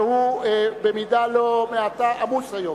שהוא במידה לא מעטה עמוס היום.